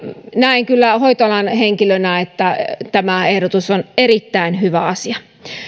näen kyllä hoitoalan henkilönä että tämä ehdotus on erittäin hyvä asia